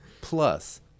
Plus